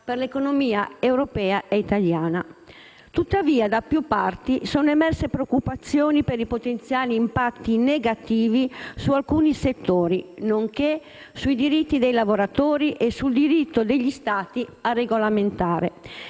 per l'economia europea e italiana. Tuttavia, da più parti sono emerse preoccupazioni per i potenziali impatti negativi su alcuni settori nonché sui diritti dei lavoratori e sul diritto degli Stati a regolamentare.